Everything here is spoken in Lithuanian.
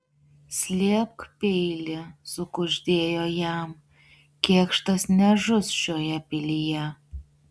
slėpk peilį sukuždėjo jam kėkštas nežus šioje pilyje